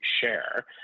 share